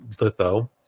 litho